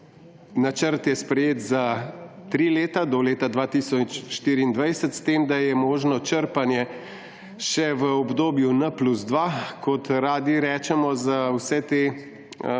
načrt je sprejet za tri leta, do leta 2024, s tem da je možno črpanje še v obdobju N+2, kot radi rečemo za vse te